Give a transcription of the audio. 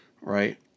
right